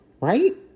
right